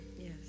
yes